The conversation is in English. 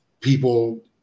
people